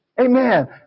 Amen